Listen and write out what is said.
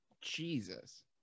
Jesus